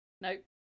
Nope